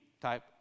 type